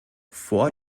vor